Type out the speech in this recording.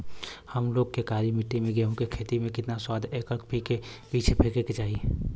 हम लोग के काली मिट्टी में गेहूँ के खेती में कितना खाद एकड़ पीछे फेके के चाही?